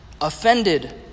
offended